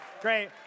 Great